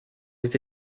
les